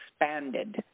expanded